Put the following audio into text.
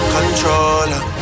Controller